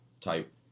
type